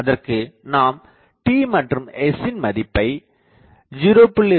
அதற்கு நாம் t மற்றும் s ன் மதிப்பை 0